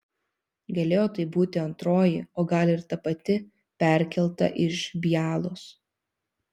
galėjo tai būti antroji o gal ir ta pati perkelta iš bialos